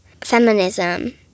feminism